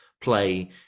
play